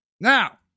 Now